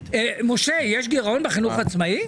משה, יש גירעון בחינוך העצמאי?